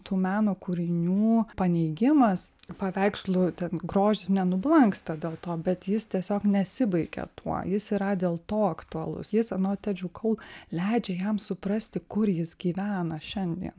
tų meno kūrinių paneigimas paveikslų grožis nenublanksta dėl to bet jis tiesiog nesibaigia tuo jis yra dėl to aktualus jis anot etedži kol leidžia jam suprasti kur jis gyvena šiandien